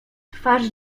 twarz